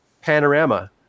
panorama